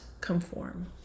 conform